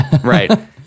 right